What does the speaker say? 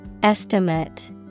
Estimate